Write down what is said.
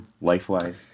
life-wise